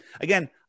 again